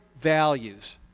values